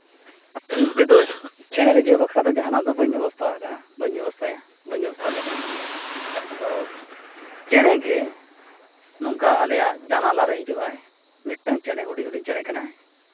ᱤᱧ ᱛᱮᱫᱚ ᱪᱮᱬᱮ ᱨᱤᱡᱷᱟᱹᱣ ᱵᱟᱠᱷᱨᱟ ᱫᱚ ᱡᱟᱦᱟᱱᱟᱜ ᱫᱚ ᱵᱟᱹᱧ ᱵᱮᱵᱚᱥᱛᱷᱟ ᱟᱠᱟᱫᱼᱟ ᱵᱟᱹᱧ ᱵᱮᱵᱚᱥᱛᱷᱟᱭᱟ ᱵᱟᱹᱧ ᱵᱮᱵᱚᱥᱛᱷᱟ ᱞᱮᱫᱼᱟ ᱟᱫᱚ ᱪᱮᱬᱮ ᱜᱮ ᱱᱚᱝᱠᱟ ᱟᱞᱮᱭᱟᱜ ᱡᱟᱱᱟᱞᱟ ᱨᱮ ᱦᱤᱡᱩᱜ ᱟᱭ ᱢᱤᱫᱴᱟᱱ ᱪᱮᱬᱮ ᱦᱩᱰᱤᱧ ᱦᱩᱰᱤᱧ ᱪᱮᱬᱮ ᱠᱟᱱᱟᱭ